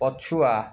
ପଛୁଆ